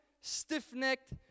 stiff-necked